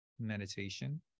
meditation